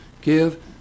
give